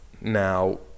now